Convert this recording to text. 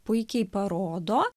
puikiai parodo